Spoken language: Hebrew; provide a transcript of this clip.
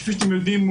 כפי שאתם יודעים,